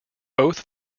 both